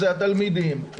זה התלמידים,